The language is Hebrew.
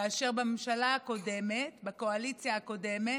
ובממשלה הקודמת, בקואליציה הקודמת,